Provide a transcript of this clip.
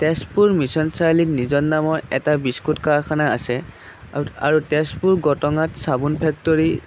Tezpur mission চাৰিআলিত নিজ'ন নামৰ এটা বিস্কুট কাৰখানা আছে আৰু আৰু তেজপুৰ গটঙাত চাবোন ফেক্টৰী